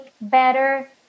better